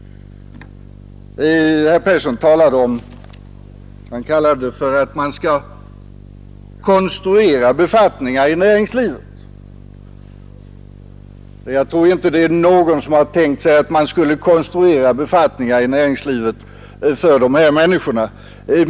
Herr Persson talade om att konstruera befattningar i näringslivet. Jag tror inte det är någon som har tänkt sig att man skulle konstruera befattningar i näringslivet för dessa människor.